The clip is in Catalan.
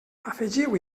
afegiu